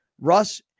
Russ